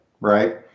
Right